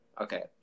Okay